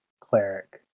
cleric